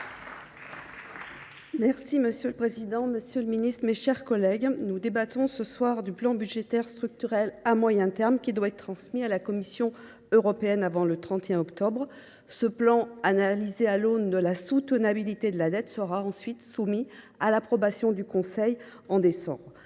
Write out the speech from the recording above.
Monsieur le président, monsieur le ministre, mes chers collègues, nous débattons ce soir du plan budgétaire et structurel à moyen terme qui doit être transmis à la Commission européenne avant le 31 octobre. Ce plan sera analysé à l’aune de la soutenabilité de la dette et sera ensuite soumis à l’approbation du Conseil de